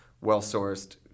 well-sourced